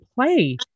play